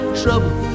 trouble